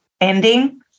ending